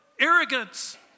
arrogance